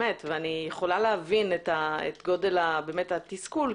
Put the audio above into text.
ויכולה להבין את גודל התסכול,